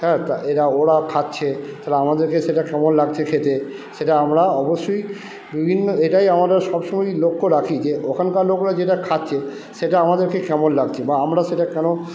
হ্যাঁ তা এরা ওরা খাচ্ছে তাহলে আমাদেরকে সেটা কেমন লাগছে খেতে সেটা আমরা অবশ্যই বিভিন্ন এটাই আমরা সবসময় লক্ষ্য রাখি যে ওখানকার লোকরা যেটা খাচ্ছে সেটা আমাদেরকে কেমন লাগছে বা আমরা সেটা কেন